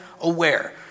aware